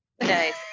Nice